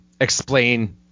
explain